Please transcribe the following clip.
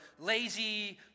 lazy